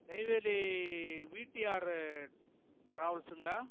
நெய்வேலி வீடிஆரு டிராவல்ஸுங்களா